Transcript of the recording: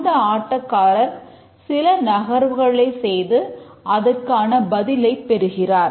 அந்த ஆட்டக்காரர் சில நகர்வுகளை செய்து அதற்கான பதிலைப் பெறுகிறார்